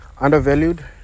undervalued